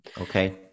Okay